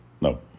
No